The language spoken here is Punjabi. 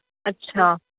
ਅੱਛਾ